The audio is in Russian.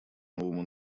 новому